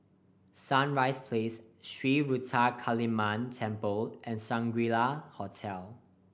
Sunrise Place Sri Ruthra Kaliamman Temple and Shangri La Hotel